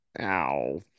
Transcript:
Ow